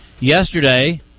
Yesterday